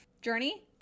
journey